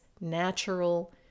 natural